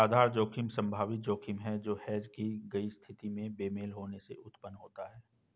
आधार जोखिम संभावित जोखिम है जो हेज की गई स्थिति में बेमेल होने से उत्पन्न होता है